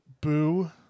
Boo